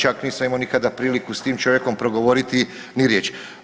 Čak nisam imao nikada priliku s tim čovjekom progovoriti ni riječi.